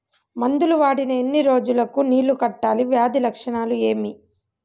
మందులు వాడిన ఎన్ని రోజులు కు నీళ్ళు కట్టాలి, వ్యాధి లక్షణాలు ఏమి?